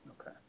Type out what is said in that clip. Okay